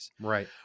Right